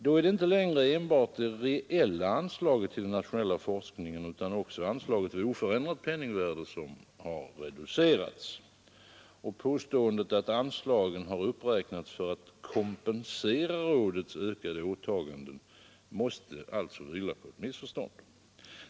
Det är då inte längre enbart det reella anslaget till nationell forskning utan också anslaget vid oförändrat penningvärde som reduceras. Påståendet att anslagen uppräknats för att kompensera rådets ökade åtaganden måste alltså vila på ett missförstånd.